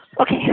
Okay